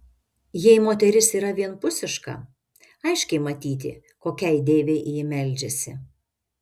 jei moteris yra vienpusiška aiškiai matyti kokiai deivei ji meldžiasi